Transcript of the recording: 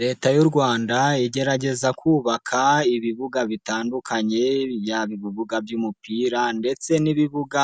Leta y'uRwanda igerageza kubaka ibibuga bitandukanye yaba ibibuga by'umupira ndetse n'ibibuga,